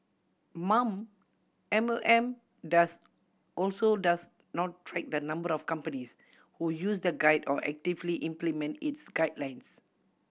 mom M O M does also does not track the number of companies who use the guide or actively implement its guidelines